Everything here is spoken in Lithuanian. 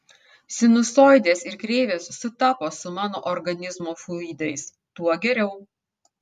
sinusoidės ir kreivės sutapo su mano organizmo fluidais tuo geriau